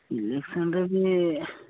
ଇଲେକ୍ସନ୍ରେ ବି